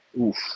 Oof